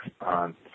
on